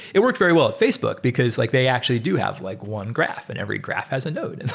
it worked very well at facebook because like they actually do have like one graph and every graph has a node. and